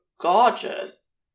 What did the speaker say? Gorgeous